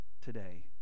today